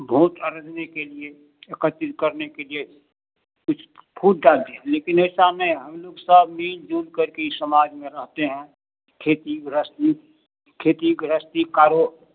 vote अरजने के लिए एकत्रित करने के लिए कुछ फूट डालते दिए हैं लेकिन ऐसा नहीं है हम लोग सब मिलजुल कर के ये समाज में रहते हैं खेती गृहस्थी खेती गृहस्थी कारो